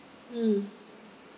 mm